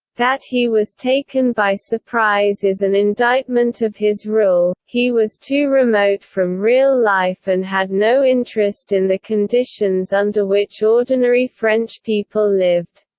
that he was taken by surprise is an indictment of his rule he was too remote from real life and had no interest in the conditions under which ordinary french people lived.